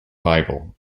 bible